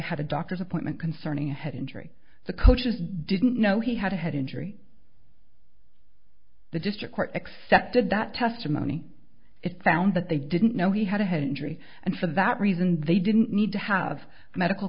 had a doctor's appointment concerning a head injury the coaches didn't know he had a head injury the district court accepted that testimony it found that they didn't know he had a head injury and for that reason they didn't need to have medical